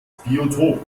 biotop